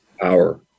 power